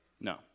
No